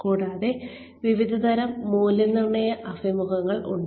കൂടാതെ വിവിധ തരം മൂല്യനിർണ്ണയ അഭിമുഖങ്ങൾ ഉണ്ട്